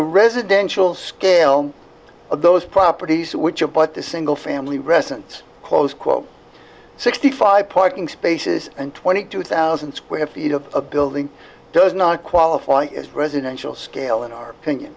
the residential scale of those properties which are but the single family residence close quote sixty five parking spaces and twenty two thousand square feet of a building does not qualify as residential scale in our opinion